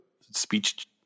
speech